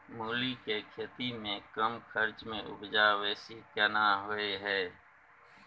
मूली के खेती में कम खर्च में उपजा बेसी केना होय है?